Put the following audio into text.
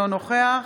אינו נוכח